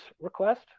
request